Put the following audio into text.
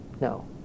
No